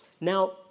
Now